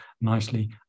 nicely